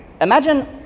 imagine